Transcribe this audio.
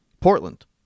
Portland